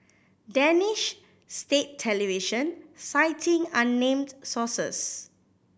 Danish state television citing unnamed sources